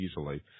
easily